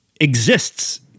exists